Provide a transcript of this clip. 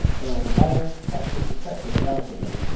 though the writer has to suppress it delicately,